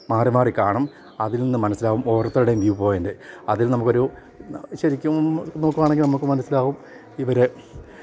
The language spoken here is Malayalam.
മാറി മാറി കാണും അതിൽ നിന്ന് മനസ്സിലാവും ഓരോരുത്തരുടെയും വ്യൂ പോയിൻ്റ് അതിൽ നമുക്കൊരു ശരിക്കും നോക്കുകയാണെങ്കിൽ നമുക്ക് മനസ്സിലാവും ഇവരെ